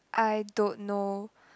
I don't know